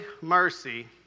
mercy